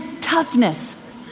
toughness